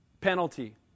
penalty